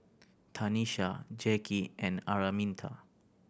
Tanisha Jackie and Araminta